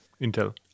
Intel